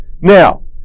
Now